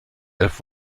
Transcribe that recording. elf